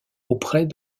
auprès